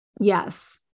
Yes